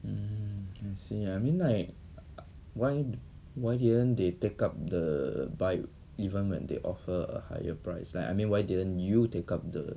hmm I see I mean like why why didn't they take up the bike even when they offer a higher price like I mean why didn't you take up the